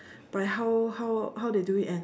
by how how how they do it and